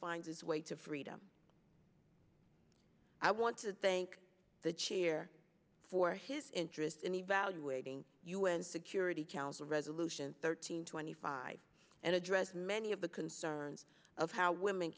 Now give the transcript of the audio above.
finds its way to freedom i want to thank the chair for his interest in evaluating u n security council resolutions thirteen twenty five and address many of the concerns of how women